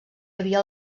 havia